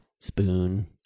Spoon